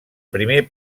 primer